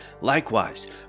Likewise